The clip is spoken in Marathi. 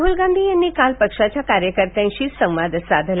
राह्ल गांधी यांनी काल पक्षाच्या कार्यकर्त्यांशी संवादही साधला